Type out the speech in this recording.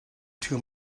too